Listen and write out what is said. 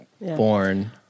born